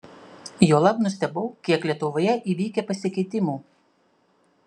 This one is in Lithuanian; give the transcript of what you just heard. juolab nustebau kiek lietuvoje įvykę pasikeitimų